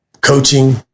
coaching